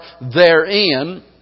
therein